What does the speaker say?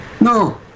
No